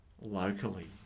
locally